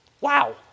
wow